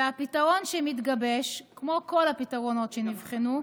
והפתרון שמתגבש, כמו כל הפתרונות שנבחנו,